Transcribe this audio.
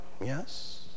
Yes